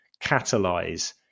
catalyze